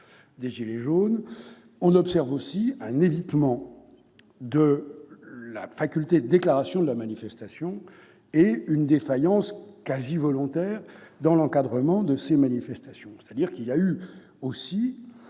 des « gilets jaunes »-, on observe un évitement de la faculté de déclaration de la manifestation et une défaillance quasi volontaire dans l'encadrement de ces manifestations. Il y a eu une